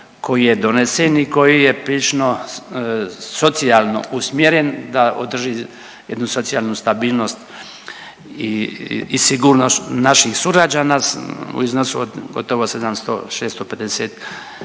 koji je donesen i koji je prilično socijalno usmjeren da održi jednu socijalnu stabilnost i sigurnost naših sugrađana u iznosu od gotovo 700, 650